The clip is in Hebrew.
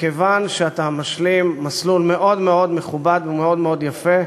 מכיוון שאתה משלים מסלול מאוד מאוד מכובד ומאוד מאוד יפה,